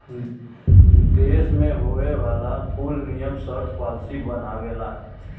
देस मे होए वाला कुल नियम सर्त पॉलिसी बनावेला